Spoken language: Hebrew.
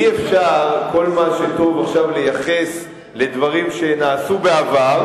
אי-אפשר כל מה שטוב עכשיו לייחס לדברים שנעשו בעבר,